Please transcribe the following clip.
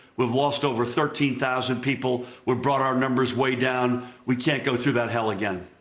we've lost over thirteen thousand people. we've brought our numbers way down. we can't go through that hell again.